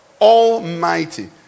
Almighty